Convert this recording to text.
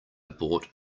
bought